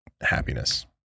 happiness